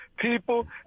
People